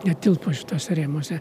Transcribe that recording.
netilpo šituose rėmuose